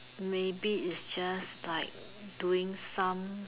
maybe it's just like doing some